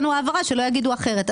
כן.